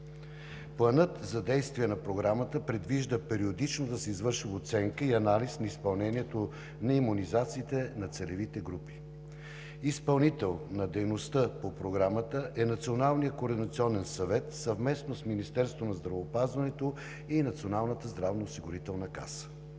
Планът за действие на Програмата предвижда периодично да се извършва оценка и анализ на изпълнението на имунизациите на целевите групи. Изпълнител на дейността по Програмата е Националният координационен съвет съвместно с Министерството на здравеопазването и Националната здравноосигурителна каса.